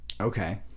Okay